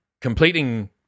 completing